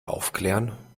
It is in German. aufklären